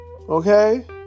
Okay